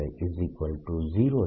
B0 છે